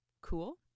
cool